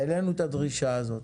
העלינו את הדרישה הזאת,